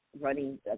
running